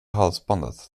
halsbandet